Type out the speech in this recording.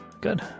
Good